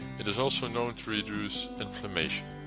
it is also known to reduce inflammation.